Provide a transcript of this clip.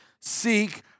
seek